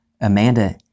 Amanda